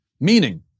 Meaning